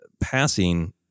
passing